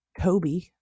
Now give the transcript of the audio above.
Kobe